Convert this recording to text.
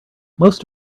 most